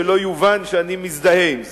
שלא יובן שאני מזדהה עם זה.